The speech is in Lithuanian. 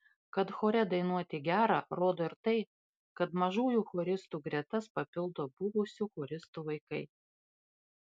kad chore dainuoti gera rodo ir tai kad mažųjų choristų gretas papildo buvusių choristų vaikai